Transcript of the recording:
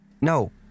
No